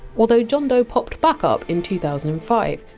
although john doe popped back up in two thousand and five,